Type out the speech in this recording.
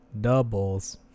Double's